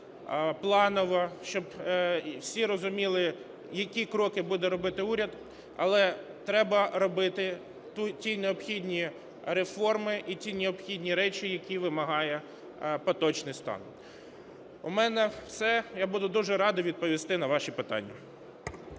планово, щоб всі розуміли, які кроки буде дробити уряд. Але треба робити ті необхідні реформи і ті необхідні речі, які вимагає поточний стан. У мене все. Я буду дуже радий відповісти на ваші питання.